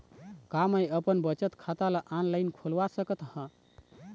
का मैं अपन बचत खाता ला ऑनलाइन खोलवा सकत ह?